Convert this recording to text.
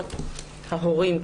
ממשמורת ההורים,